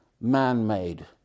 man-made